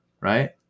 Right